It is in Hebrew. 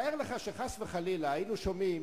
תאר לך שחס וחלילה היינו שומעים